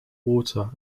water